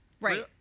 Right